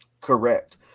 Correct